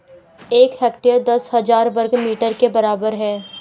एक हेक्टेयर दस हजार वर्ग मीटर के बराबर है